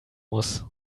muss